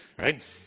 right